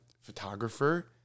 photographer